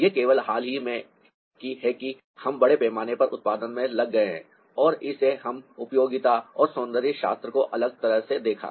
यह केवल हाल ही में है कि हम बड़े पैमाने पर उत्पादन में लग गए हैं और इसने हमें उपयोगिता और सौंदर्यशास्त्र को अलग तरह से देखा